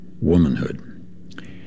womanhood